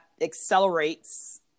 accelerates